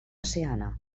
seana